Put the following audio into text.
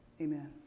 Amen